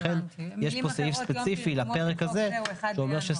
לכן יש פה סעיף ספציפי לפרק הזה שאומר שסעיף